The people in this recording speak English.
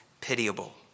pitiable